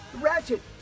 Ratchet